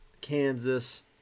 kansas